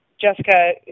Jessica